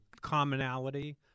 Commonality